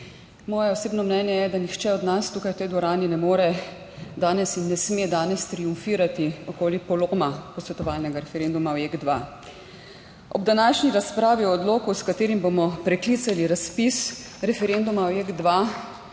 moje osebno mnenje je, da nihče od nas tukaj v tej dvorani ne more danes in ne sme danes triumfirati okoli poloma posvetovalnega referenduma o Jek 2. Ob današnji razpravi o odloku, s katerim bomo preklicali razpis referenduma o Jek 2